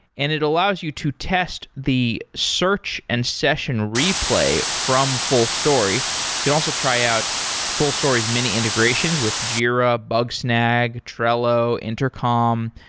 and it allows you to test the search and session replay from fullstory. you can also try out fullstory's mini integrations with jira, bugsnag, trello, intercom.